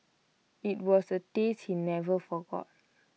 IT was A taste he never forgot